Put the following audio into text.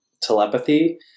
telepathy